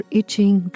itching